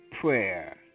prayer